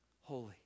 holy